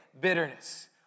bitterness